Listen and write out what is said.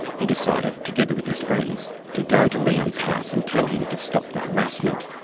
he decided, together with his friends, to go to leon's house and tell him to stop the harassment.